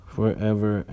forever